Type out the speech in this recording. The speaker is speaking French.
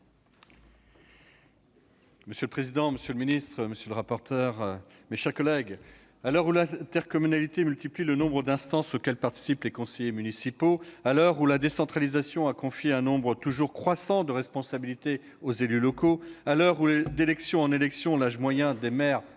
Monsieur le président, monsieur le ministre, mes chers collègues, à l'heure où l'intercommunalité multiplie le nombre d'instances auxquelles participent les conseillers municipaux, à l'heure où la décentralisation a confié un nombre toujours croissant de responsabilités aux élus locaux, à l'heure où, d'élection en élection, l'âge moyen des maires